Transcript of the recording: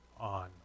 on